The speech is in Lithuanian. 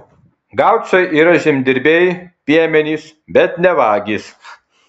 gaučai yra žemdirbiai piemenys bet ne vagys